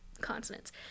consonants